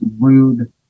rude